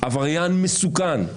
עבריין מסוכן,